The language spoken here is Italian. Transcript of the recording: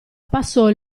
passò